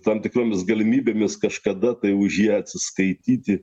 tam tikromis galimybėmis kažkada tai už ją atsiskaityti